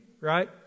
right